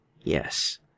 Yes